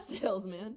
salesman